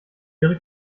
ihre